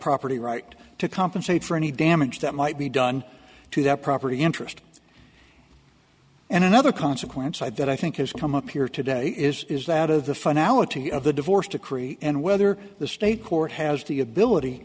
property right to compensate for any damage that might be done to that property interest and another consequence i had that i think has come up here today is is that of the finality of the divorce decree and whether the state court has the ability